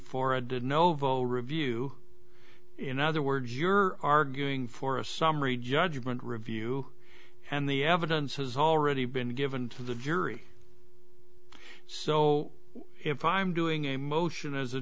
for a did novo review in other words you're arguing for a summary judgment review and the evidence has already been given to the jury so if i'm doing a motion as a